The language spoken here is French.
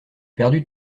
perdu